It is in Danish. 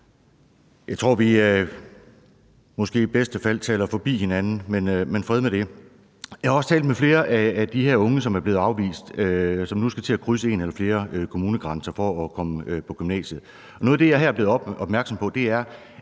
Jeg tror, at vi måske i bedste fald taler forbi hinanden, men fred med det. Jeg har også talt med flere af de her unge, som er blevet afvist, og som nu skal til at krydse en eller flere kommunegrænser for at komme på gymnasiet. Noget af det, jeg her er blevet opmærksom på, er,